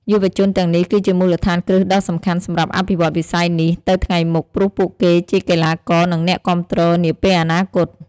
យុវជនទាំងនេះគឺជាមូលដ្ឋានគ្រឹះដ៏សំខាន់សម្រាប់អភិវឌ្ឍន៍វិស័យនេះទៅថ្ងៃមុខ ព្រោះពួកគេជាកីឡាករ និងអ្នកគាំទ្រនាពេលអនាគត។